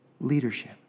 leadership